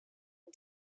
and